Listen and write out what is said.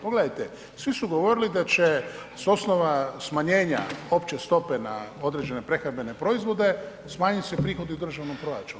Pogledajte, svi su govorili da će s osnova smanjenja opće stope na određene prehrambene proizvode smanjiti se prihodi u državnom proračunu.